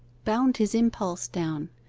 bound his impulse down,